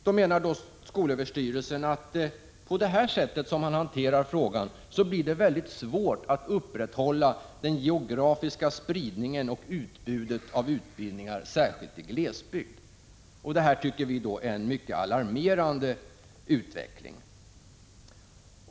Då menar skolöverstyrelsen att det med det här sättet att hantera frågan blir mycket svårt att upprätthålla den geografiska spridningen och utbudet av utbildningarna, särskilt i glesbygd. Det här tycker vi är en mycket alarmerande utveckling.